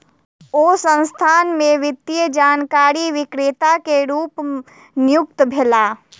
ओ संस्थान में वित्तीय जानकारी विक्रेता के रूप नियुक्त भेला